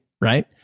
right